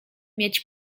mieć